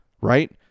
right